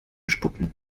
spucken